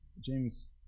James